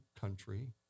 country